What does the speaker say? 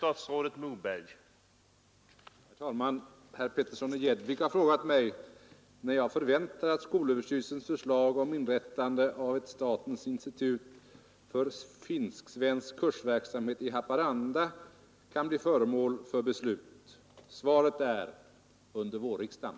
Herr talman! Herr Petersson i Gäddvik har frågat mig, när jag förväntar att skolöverstyrelsens förslag om inrättande av ett statens institut för finsk-svensk kursverksamhet i Haparanda kan bli föremål för beslut. Svaret är: Under vårriksdagen.